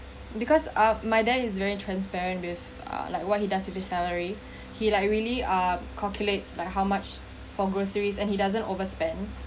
because ah my dad is very transparent with uh like what he does with his salary he like really ah calculates like how much for groceries and he doesn't overspend